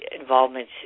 involvement